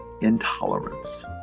intolerance